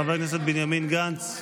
חבר הכנסת בנימין גנץ.